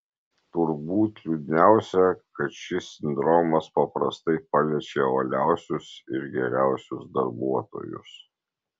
turbūt liūdniausia kad šis sindromas paprastai paliečia uoliausius ir geriausius darbuotojus